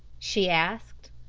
she asked.